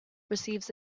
receives